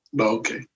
Okay